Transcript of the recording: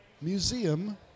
Museum